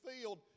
field